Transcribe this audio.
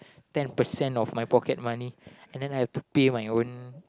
ten percent of my pocket money and then I have to pay my own